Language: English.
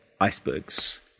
icebergs